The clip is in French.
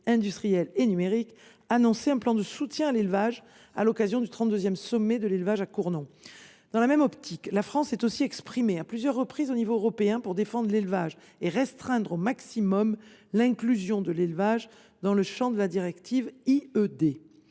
industrielle et numérique, un plan de soutien à l’élevage, à l’occasion du trente deuxième sommet de l’élevage de Cournon. Dans la même optique, la France s’est aussi exprimée à plusieurs reprises au niveau européen pour défendre l’élevage et restreindre au maximum l’inclusion de l’élevage dans le champ de la directive IED.